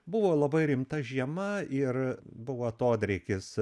buvo labai rimta žiema ir buvo atodrėkis